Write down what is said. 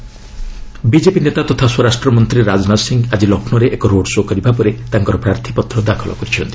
Rajnath nomination BJP ନେତା ତଥା ସ୍ୱରାଷ୍ଟ୍ରମନ୍ତ୍ରୀ ରାଜନାଥ ସିଂ ଆଜି ଲକ୍ଷ୍ନୌରେ ଏକ ରୋଡ୍ଶୋ' କରିବା ପରେ ତାଙ୍କର ପ୍ରାର୍ଥୀପତ୍ର ଦାଖଲ କରିଛନ୍ତି